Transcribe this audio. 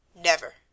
Never